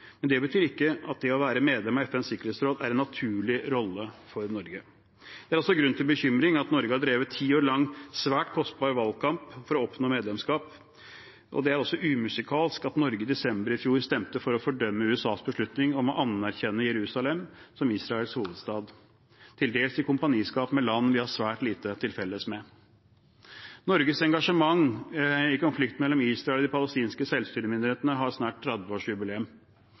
men det betyr ikke at det å være medlem av FNs sikkerhetsråd er en naturlig rolle for Norge. Det gir også grunn til bekymring at Norge har drevet en ti år lang og svært kostbar valgkamp for å oppnå medlemskap, og det er umusikalsk at Norge i desember i fjor stemte for å fordømme USAs beslutning om å anerkjenne Jerusalem som Israels hovedstad, til dels i kompaniskap med land vi har svært lite til felles med. Norges engasjement i konflikten mellom Israel og de palestinske selvstyremyndighetene har snart